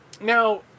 now